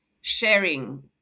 sharing